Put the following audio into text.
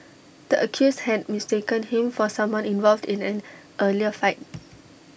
the accused had mistaken him for someone involved in an earlier fight